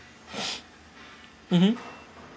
mmhmm